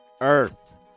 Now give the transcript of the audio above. earth